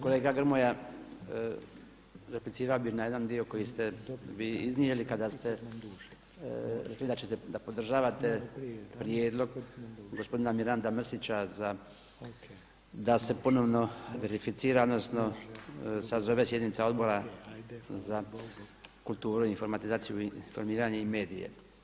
Kolega Grmoja, replicirao bih na jedan dio koji ste vi iznijeli kada ste rekli da podržavate prijedlog gospodina Miranda Mrsića da se ponovno verificira, odnosno sazove sjednica Odbora za kulturu, informatizaciju, informiranje i medije.